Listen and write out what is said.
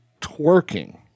twerking